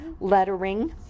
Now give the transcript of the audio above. lettering